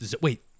Wait